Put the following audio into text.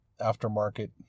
aftermarket